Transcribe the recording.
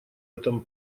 этом